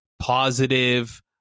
positive